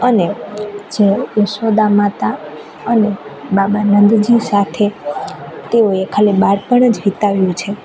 અને જે યશોદા માતા અને બાબા નંદજી સાથે તેઓએ ખાલી બાળપણ જ વિતાવ્યું છે